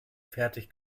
fertig